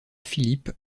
philippe